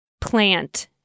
plant